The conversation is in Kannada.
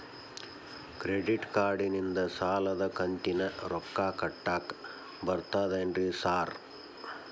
ಕ್ರೆಡಿಟ್ ಕಾರ್ಡನಿಂದ ಸಾಲದ ಕಂತಿನ ರೊಕ್ಕಾ ಕಟ್ಟಾಕ್ ಬರ್ತಾದೇನ್ರಿ ಸಾರ್?